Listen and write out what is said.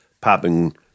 popping